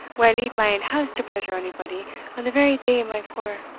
will i leave my ain house to pleasure onybody on the very day my poor